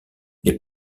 les